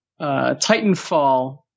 Titanfall